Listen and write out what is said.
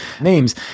names